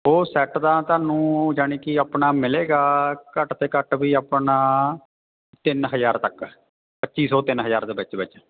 ਉਹ ਸੈੱਟ ਦਾ ਤੁਹਾਨੂੰ ਯਾਨੀ ਕਿ ਆਪਣਾ ਮਿਲੇਗਾ ਘੱਟ ਤੋਂ ਘੱਟ ਵੀ ਆਪਣਾ ਤਿੰਨ ਹਜ਼ਾਰ ਤੱਕ ਪੱਚੀ ਸੌ ਤਿੰਨ ਹਜ਼ਾਰ ਦੇ ਵਿੱਚ ਵਿੱਚ